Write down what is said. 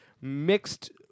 mixed